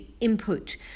input